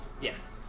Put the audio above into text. Yes